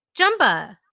Jumba